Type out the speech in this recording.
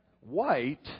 white